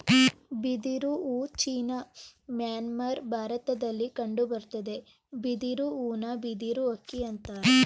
ಬಿದಿರು ಹೂ China Myanmar ಭಾರತದಲ್ಲಿ ಕಂಡುಬರ್ತದೆ ಬಿದಿರು ಹೂನ ಬಿದಿರು ಅಕ್ಕಿ ಅಂತರೆ